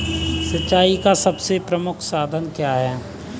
सिंचाई का सबसे प्रमुख साधन क्या है?